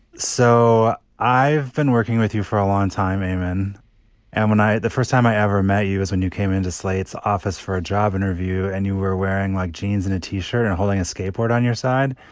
so i've been working with you for a long time, aaron ammonite. the first time i ever met you as when you came into sleights office for a job interview and you were wearing like jeans and a t-shirt and holding a skateboard on your side.